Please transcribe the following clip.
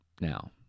now